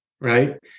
right